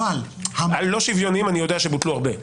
הלא שוויוניים אני יודע שבוטלו הרבה.